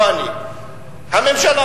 לא אני, הממשלה.